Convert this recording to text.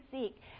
seek